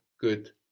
Good